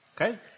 Okay